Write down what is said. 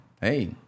hey